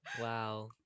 wow